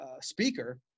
speaker